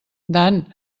dan